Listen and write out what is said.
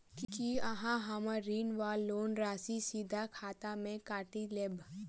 की अहाँ हम्मर ऋण वा लोन राशि सीधा खाता सँ काटि लेबऽ?